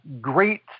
great